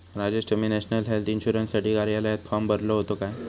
राजेश, तुम्ही national health इन्शुरन्ससाठी कार्यालयात फॉर्म भरलो होतो काय?